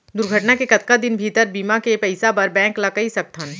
दुर्घटना के कतका दिन भीतर बीमा के पइसा बर बैंक ल कई सकथन?